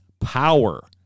power